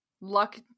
luck